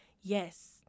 yes